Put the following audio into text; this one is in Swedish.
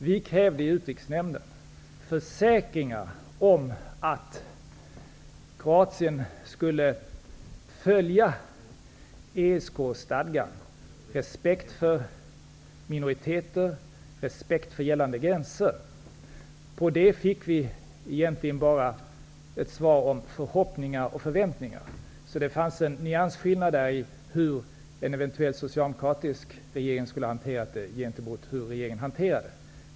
Vi krävde i Utrikesnämnden försäkringar om att Kroatien skulle följa ESK-stadgan -- respekt för minoriteter och respekt för gällande gränser. På det fick vi egentligen bara ett svar om förhoppningar och förväntningar. Så det fanns en nyansskillnad där mellan hur en eventuell socialdemokratisk regering skulle ha hanterat frågan och hur den borgerliga regeringen hanterade den.